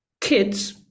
kids